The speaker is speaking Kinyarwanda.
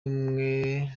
ubumwe